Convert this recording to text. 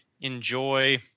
enjoy